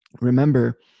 remember